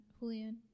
Julian